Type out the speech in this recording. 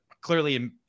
clearly